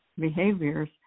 behaviors